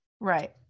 Right